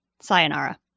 sayonara